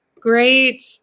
great